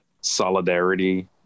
Solidarity